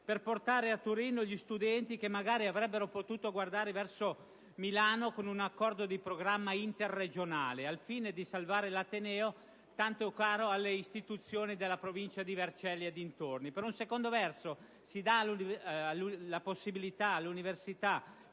per portare a Torino gli studenti che, magari, avrebbero potuto guardare a Milano con un accordo di programma interregionale al fine di salvare l'ateneo, tanto caro alle istituzioni della provincia di Vercelli e dintorni. Per altro verso, si dà la possibilità alle università